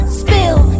spill